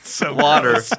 water